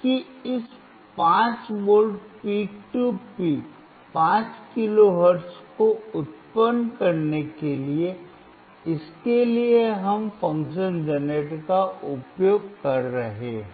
कि इस 5V peak to peak 5 kilo hertz को उत्पन्न करने के लिए इसके लिए हम फंक्शन जनरेटर का उपयोग कर रहे हैं